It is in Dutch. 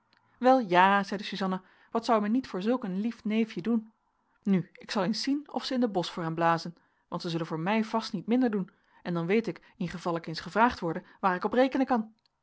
wel ja zeide suzanna wat zou men niet voor zulk een lief neefje doen nu ik zal eens zien of ze in de bos voor hem blazen want zij zullen voor mij vast niet minder doen en dan weet ik ingeval ik eens gevraagd worde waar ik op rekenen kan